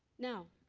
now,